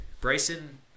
bryson